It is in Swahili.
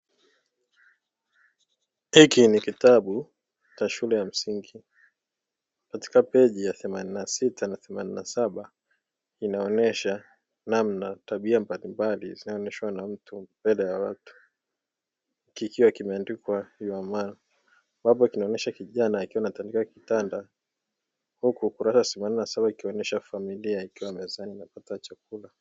Hiki ni kitabu cha shule ya msingi, katika peji ya themanini ma sita na themamimi na saba inaonyesha namna tabia mbalimbali zinazoendeshwa, na huku mbele ya mtu kikiwa kimeandikwa na kinaonyesha kijana, huku ukurasa wa themanini na nane ukionuesha familia wakiwa wanakula chakula.